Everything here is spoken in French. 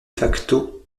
facto